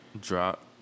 drop